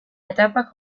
etapas